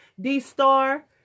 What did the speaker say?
D-Star